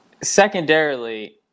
secondarily